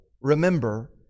remember